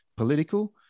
political